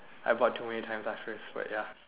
I bought too many times last time but ya